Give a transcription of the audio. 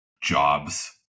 jobs